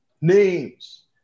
names